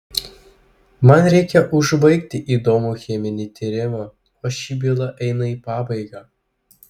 man reikia užbaigti įdomų cheminį tyrimą o ši byla eina į pabaigą